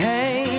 Hey